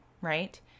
right